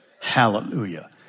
Hallelujah